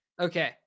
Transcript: Okay